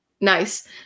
nice